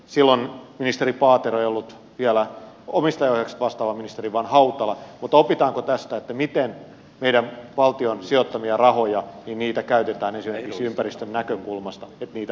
silloin ministeri paatero ei ollut vielä omistajaohjauksesta vastaava ministeri vaan hautala mutta opitaanko tästä miten meidän valtion sijoittamia rahoja käytetään esimerkiksi ympäristön näkökulmasta että niitä ehdollistetaan